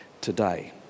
today